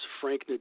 Frank